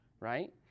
right